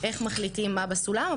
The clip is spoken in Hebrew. איך מחליטים מה בסולם,